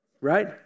right